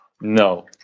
No